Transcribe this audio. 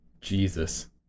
Jesus